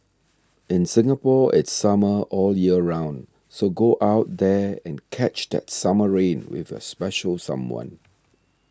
in Singapore it's summer all year round so go out there and catch that summer rain with your special someone